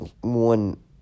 one